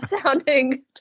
sounding